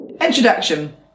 Introduction